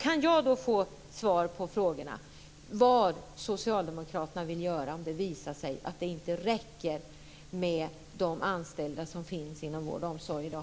Kan jag då få svar på frågorna: Vad vill socialdemokraterna göra om det visar sig att det inte räcker med de anställda som finns inom vård och omsorg i dag?